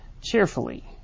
cheerfully